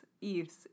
Eves